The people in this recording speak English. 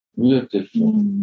Beautiful